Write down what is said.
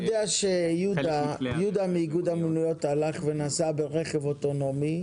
להפעיל מונית אוטונומית